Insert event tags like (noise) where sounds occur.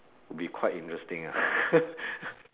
would be quite interesting (laughs)